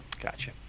Gotcha